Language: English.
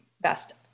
best